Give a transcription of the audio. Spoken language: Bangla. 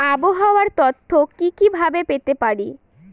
আবহাওয়ার তথ্য কি কি ভাবে পেতে পারি?